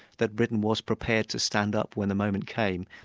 that britain was prepared to stand up when the moment came,